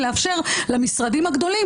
לאפשר למשרדים הגדולים,